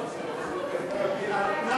על תנאי.